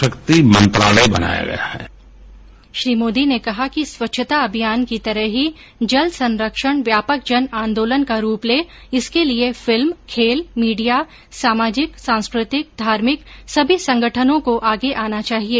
श्री मोदी ने कहा कि स्वच्छता अभियान की तरह ही जल संरक्षण व्यापक जन आंदोलन का रूप ले इसके लिए फिल्म खेल मीडिया सामाजिक सांस्कृतिक धार्मिक सभी संगठनों को आगे आना चाहिए